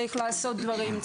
צריך לעשות דברים,